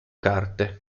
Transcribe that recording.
carte